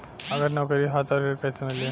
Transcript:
अगर नौकरी ह त ऋण कैसे मिली?